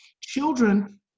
Children